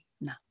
No